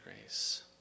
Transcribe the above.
grace